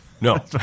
no